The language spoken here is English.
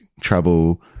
trouble